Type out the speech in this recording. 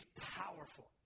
powerful